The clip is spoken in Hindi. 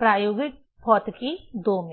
प्रायोगिक भौतिकी II में